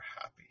happy